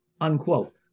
unquote